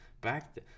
back